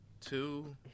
two